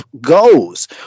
goes